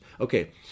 Okay